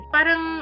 Parang